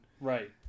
Right